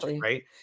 Right